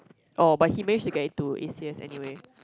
oh but he manage to get into A_C_S anyway